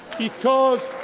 because,